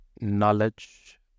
knowledge